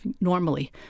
normally